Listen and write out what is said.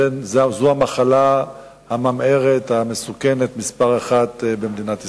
זו המחלה הממארת המסוכנת מספר אחת במדינת ישראל.